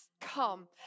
come